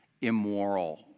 immoral